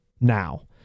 now